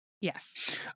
Yes